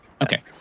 Okay